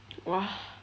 !wah!